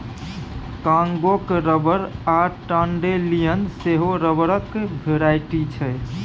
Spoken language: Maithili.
कांगो रबर आ डांडेलियन सेहो रबरक भेराइटी छै